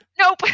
nope